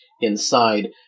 inside